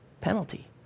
penalty